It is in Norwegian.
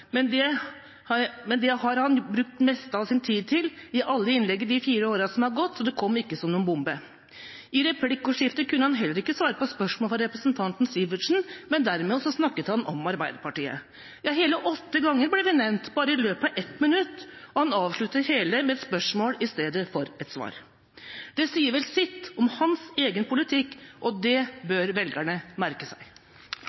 men det har han brukt det meste av sin tid til i alle innlegg de fire årene som er gått, så det kom ikke som noen bombe. I replikkordskiftet kunne han heller ikke svare på spørsmål fra representanten Sivertsen, derimot snakket han om Arbeiderpartiet. Ja, hele åtte ganger ble vi nevnt i løpet av bare 1 minutt. Og han avsluttet det hele med et spørsmål i stedet for et svar. Det sier vel sitt om hans egen politikk, og det